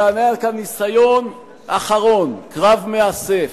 אלא עלה כאן ניסיון אחרון, קרב מאסף,